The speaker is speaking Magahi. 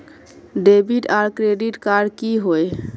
डेबिट आर क्रेडिट कार्ड की होय?